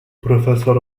professor